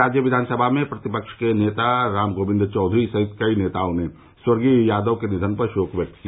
राज्य विधानसभा में प्रतिपक्ष के नेता रामगोबिन्द चौधरी सहित कई नेताओं ने स्वर्गीय यादव के निधन पर शोक व्यक्त किया